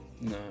No